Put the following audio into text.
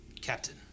Captain